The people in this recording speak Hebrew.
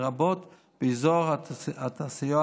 לרבות באזור התעשייה,